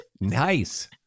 Nice